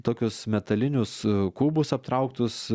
tokius metalinius kubus aptrauktus